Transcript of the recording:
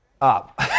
up